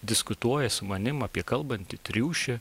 diskutuoja su manim apie kalbantį triušį